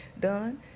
done